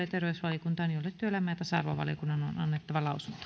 ja työelämä ja tasa arvovaliokunnan on annettava lausunto